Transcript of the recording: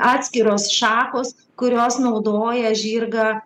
atskiros šakos kurios naudoja žirgą